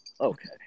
Okay